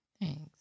Thanks